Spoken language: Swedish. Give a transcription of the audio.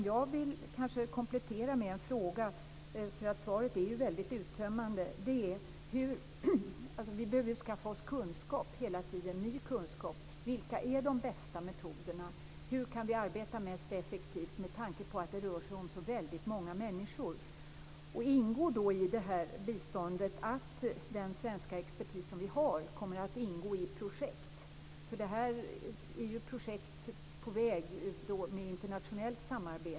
Jag vill komplettera med en fråga, trots att svaret är mycket uttömmande. Vi behöver hela tiden skaffa oss ny kunskap. Vilka är de bästa metoderna? Hur kan vi arbeta mest effektivt med tanke på att det rör sig om så väldigt många människor? Ingår det i detta bistånd att den svenska expertis som vi har kommer att ingå i projekt? Detta är ju projekt som man samarbetar med internationellt.